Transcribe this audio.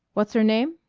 what's her name?